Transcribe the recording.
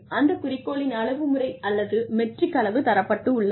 அந்த குறிக்கோளின் அளவு முறை அல்லது மெட்ரிக் அளவு தரப்பட்டுள்ளது